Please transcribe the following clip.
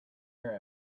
air